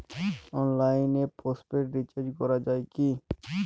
অনলাইনে postpaid recharge করা যায় কি?